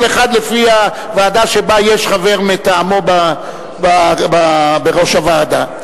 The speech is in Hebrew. כל אחד לפי הוועדה שבה יש חבר מטעמו בראש הוועדה.